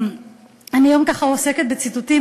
אני היום ככה עוסקת בציטוטים,